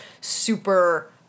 super